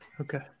Okay